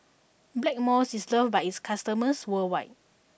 Blackmores is loved by its customers worldwide